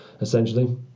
essentially